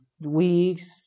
Weeks